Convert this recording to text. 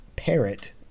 Parrot